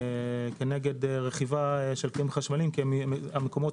כנגד רכיבה של כלים חשמליים כי המקומות